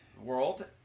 world